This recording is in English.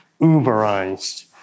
Uberized